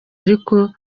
ariko